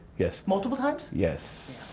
yes. multiple times? yes.